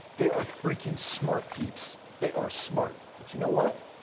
they are freaking smart peeps. they are smart. but you know what?